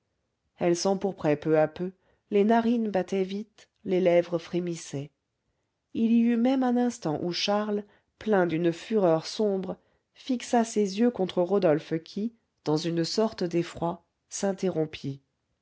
elle s'empourprait peu à peu les narines battaient vite les lèvres frémissaient il y eut même un instant où charles plein d'une fureur sombre fixa ses yeux contre rodolphe qui dans une sorte d'effroi s'interrompit